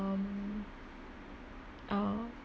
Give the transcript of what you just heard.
um uh